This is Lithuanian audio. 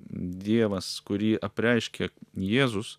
dievas kurį apreiškė jėzus